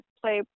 play